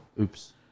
Oops